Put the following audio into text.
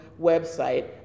website